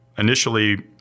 initially